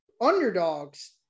underdogs